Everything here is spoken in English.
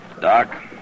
Doc